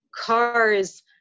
cars